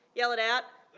yell it out.